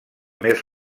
més